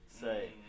Say